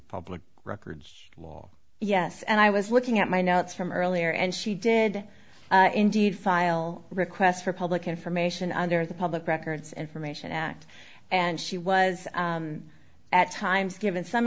public records law yes and i was looking at my notes from earlier and she did indeed file requests for public information under the public records and from a shit act and she was at times given some